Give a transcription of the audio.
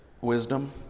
wisdom